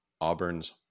Auburn's